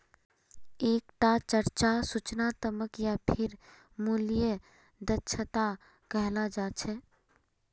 एक टाक चर्चा सूचनात्मक या फेर मूल्य दक्षता कहाल जा छे